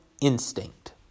instinct